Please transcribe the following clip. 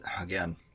again